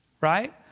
right